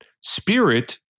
Spirit